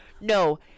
no